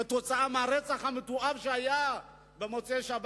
הרצח המתועב שהיה במוצאי-שבת,